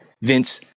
Vince